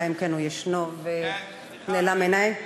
אלא אם כן יש והוא נעלם מעיני.